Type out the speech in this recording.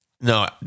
No